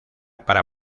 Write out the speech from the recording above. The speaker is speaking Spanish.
para